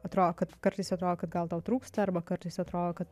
atrodo kad kartais atrodo kad gal tau trūksta arba kartais atrodo kad